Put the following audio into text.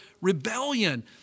rebellion